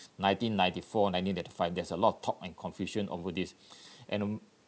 nineteen ninety four nineteen ninety five there's a lot of talk and confusion over this and um